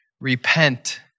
repent